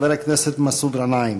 חבר הכנסת מסעוד גנאים.